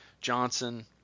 Johnson